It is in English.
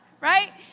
right